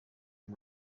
and